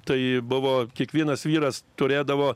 tai buvo kiekvienas vyras turėdavo